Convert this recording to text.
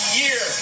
year